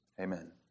amen